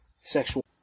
sexual